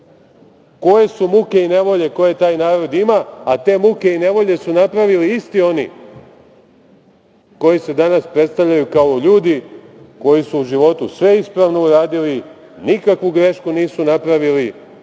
koje su muke i nevolje koje taj narod ima, a te muke i nevolje su napravili isti oni koji se danas predstavljaju kao ljudi, koji su u životu sve ispravno uradili, nikakvu grešku nisu napravili,